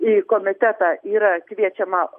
į komitetą yra kviečiama